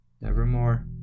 Nevermore